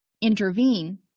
intervene